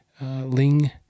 Ling